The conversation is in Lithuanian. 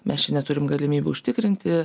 mes čia neturim galimybių užtikrinti